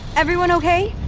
everyone okay?